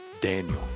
Daniel